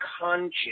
conscious